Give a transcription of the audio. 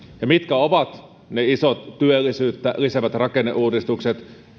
ja mitkä ovat ne isot työllisyyttä lisäävät rakenneuudistukset